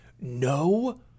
no